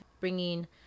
bringing